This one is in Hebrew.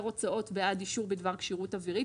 הוצאות בעד אישור בעד כשירות אווירית.